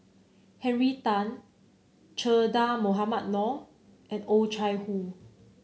Henry Tan Che Dah Mohamed Noor and Oh Chai Hoo